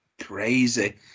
Crazy